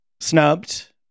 snubbed